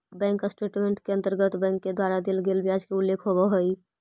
bank statement के अंतर्गत bank के द्वारा देल गेल ब्याज के उल्लेख होवऽ हइ